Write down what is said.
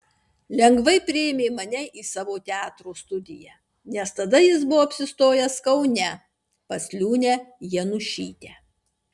lengvai priėmė mane į savo teatro studiją nes tada jis buvo apsistojęs kaune pas liūnę janušytę